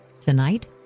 Tonight